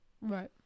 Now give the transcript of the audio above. Right